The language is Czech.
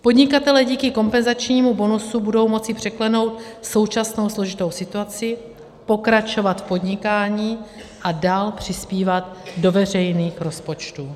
Podnikatelé díky kompenzačnímu bonusu budou moci překlenout současnou složitou situaci, pokračovat v podnikání a dál přispívat do veřejných rozpočtů.